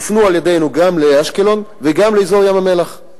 הופנו על-ידינו גם לאשקלון וגם לאזור ים-המלח.